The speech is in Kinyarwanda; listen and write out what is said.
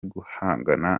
guhangana